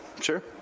Sure